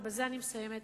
ובזה אני מסיימת,